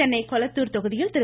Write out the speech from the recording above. சென்னை கொளத்தூர் தொகுதியில் திரு